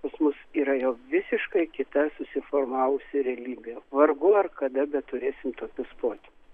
pas mus yra jau visiškai kita susiformavusi realybė vargu ar kada beturėsim tokius potvynius